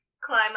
climb